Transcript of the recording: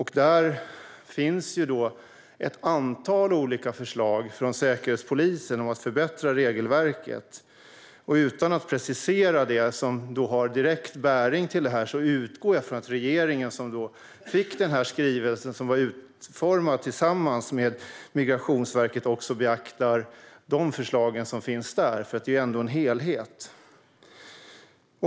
Här finns ett antal förslag från Säkerhetspolisen om att förbättra regelverket. Utan att precisera det som har direkt bäring på detta utgår jag från att regeringen, som fick denna skrivelse som var utformad tillsammans med Migrationsverket, också beaktar de förslag som finns där, för det är ju en helhet.